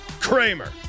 Kramer